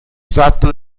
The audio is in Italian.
esatta